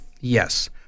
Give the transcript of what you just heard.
yes